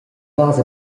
vas